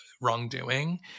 wrongdoing